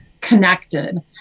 connected